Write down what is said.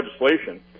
legislation